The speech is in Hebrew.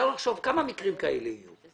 כמה מקרים כאלה יהיו?